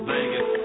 Vegas